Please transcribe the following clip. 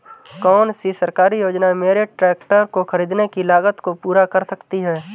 कौन सी सरकारी योजना मेरे ट्रैक्टर को ख़रीदने की लागत को पूरा कर सकती है?